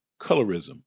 colorism